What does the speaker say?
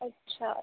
ਅੱਛਾ ਅੱਛਾ